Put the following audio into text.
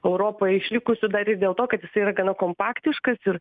europoje išlikusių dar ir dėl to kad jisai yra gana kompaktiškas ir